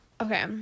Okay